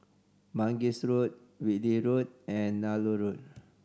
Mangis Road Whitley Road and Nallur Road